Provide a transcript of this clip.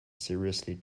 seriously